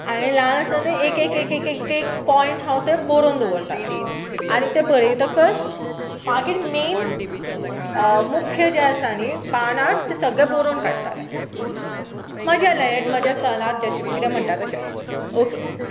हांवें ल्हान आसताना एक एक एक पॉयट हांव ते बरोवन दवरताले आनी ते बरयतकच मागीर मेन मुख्य जे आसा न्ही पानार ते सगळें बरोन काडटाले म्हाज्या लयेक म्हज्या तलार जशे किदें म्हणटा तशें ओके